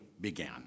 began